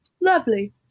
lovely